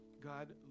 God